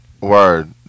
Word